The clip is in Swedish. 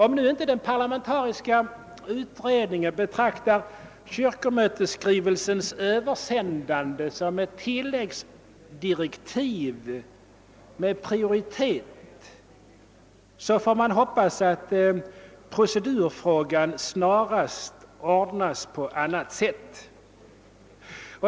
Om inte den parlamentariska utredningen betraktar den översända kyrkomötesskrivelsen som ett tilläggsdirektiv med prioritet, får man hoppas att procedurfrågan snarast ordnas på annat sätt.